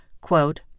quote